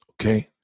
Okay